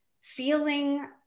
feeling